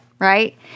Right